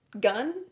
gun